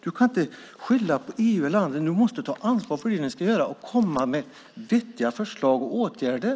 Du kan inte skylla på EU eller andra. Nu måste du ta ansvar för det ni ska göra och komma med vettiga förslag och åtgärder.